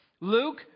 Luke